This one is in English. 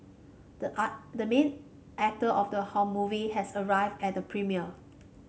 the the main actor of the whole movie has arrived at the premiere